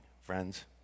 friends